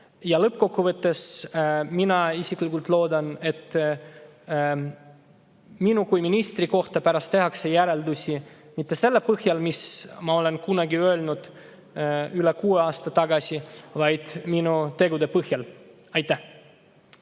Lõppkokkuvõttes ma isiklikult loodan, et minu kui ministri kohta ei tehta järeldusi mitte selle põhjal, mis ma olen kunagi öelnud, üle kuue aasta tagasi, vaid minu tegude põhjal. Aitäh,